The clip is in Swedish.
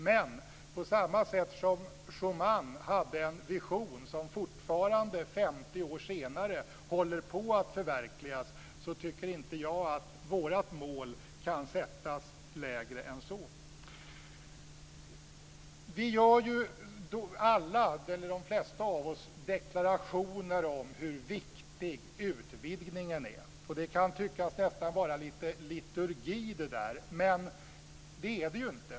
Men på samma sätt som Schumann hade en vision som fortfarande, 50 år senare, håller på att förverkligas, så tycker jag att vårt mål inte kan sättas lägre än så. De flesta av oss gör deklarationer om hur viktig utvidgningen är. Det kan nästan tyckas vara lite liturgi i det, men det är det ju inte.